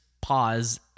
pause